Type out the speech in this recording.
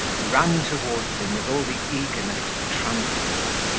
ran towards him with all the eagerness of transport,